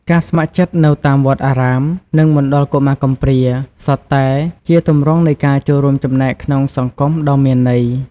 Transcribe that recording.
ការស្ម័គ្រចិត្តនៅតាមវត្តអារាម និងមណ្ឌលកុមារកំព្រា សុទ្ធតែជាទម្រង់នៃការចូលរួមចំណែកក្នុងសង្គមដ៏មានន័យ។